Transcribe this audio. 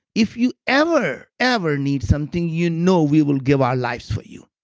if you ever, ever need something, you know we will give our lives for you.